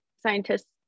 scientists